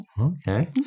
Okay